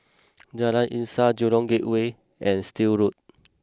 Jalan Insaf Jurong Gateway and Still Road